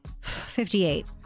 58